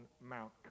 Mount